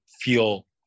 feel